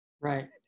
right